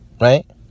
Right